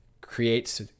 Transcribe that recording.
creates